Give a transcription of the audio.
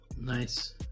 Nice